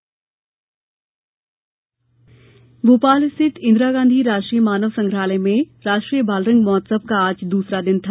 बालरंग भोपाल स्थित इंदिरा गाँधी मानव संग्रहालय में राष्ट्रीय बालरंग महोत्सव का आज दूसरा दिन है